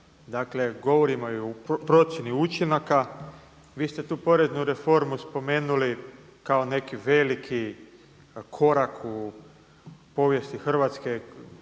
dakle govorimo o procjeni učinaka. Vi ste tu poreznu reformu spomenuli kao neki veliki korak u povijesti ekonomije